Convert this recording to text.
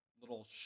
little